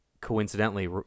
Coincidentally